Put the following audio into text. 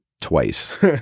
twice